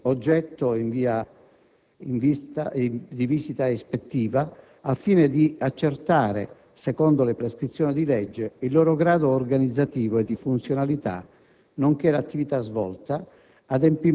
Tutti gli istituti in questione sono stati oggetto di visita ispettiva al fine di accertare, secondo le prescrizioni di legge, il loro grado organizzativo e di funzionalità,